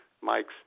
Mike's